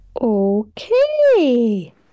Okay